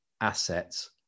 assets